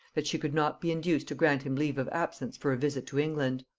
that she could not be induced to grant him leave of absence for a visit to england.